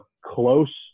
close